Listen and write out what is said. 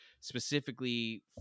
specifically